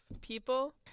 people